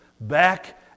Back